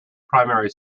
primary